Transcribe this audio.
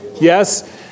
Yes